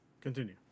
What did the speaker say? continue